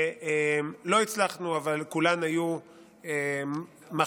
לא הצלחנו, אבל כולן היו מחכימות